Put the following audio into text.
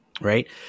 Right